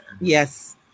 yes